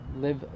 live